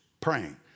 praying